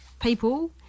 people